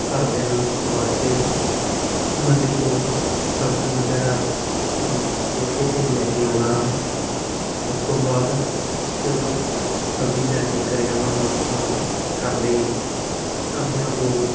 ਘਰਦਿਆਂ ਵਾਸਤੇ ਮੰਡੀ ਤੋਂ ਸਬਜ਼ੀ ਵਗੈਰਾ ਵੀ ਇਸੇ 'ਤੇ ਲੈ ਕੇ ਆਉਂਦਾ ਹਾਂ ਉਸ ਤੋਂ ਬਾਅਦ ਜਦੋਂ ਸਬਜ਼ੀ ਲੈ ਕੇ ਘਰੇ ਆਉਂਦਾ ਹਾਂ ਤਾਂ ਘਰਦੇ ਘਰਦਿਆਂ ਤੋਂ